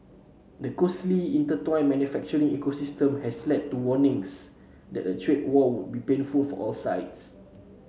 the closely intertwined manufacturing ecosystem has led to warnings that a trade war would be painful for all sides